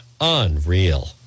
Unreal